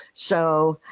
so,